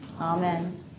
Amen